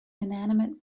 inanimate